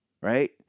Right